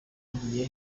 agiye